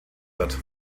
wird